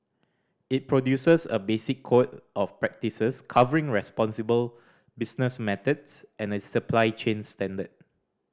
it produces a basic code of practices covering responsible business methods and a supply chain standard